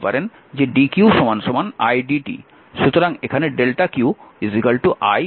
সুতরাং এখানে q i t লিখছি